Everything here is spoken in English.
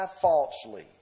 falsely